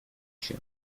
się